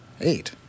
Eight